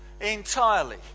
entirely